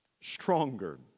stronger